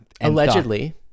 Allegedly